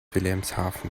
wilhelmshaven